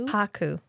Haku